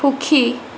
সুখী